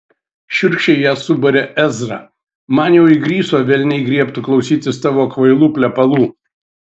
šiurkščiai ją subarė ezra man jau įgriso velniai griebtų klausytis tavo kvailų plepalų